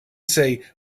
say